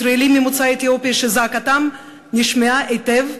ישראלים ממוצא אתיופי, שזעקתם נשמעה היטב,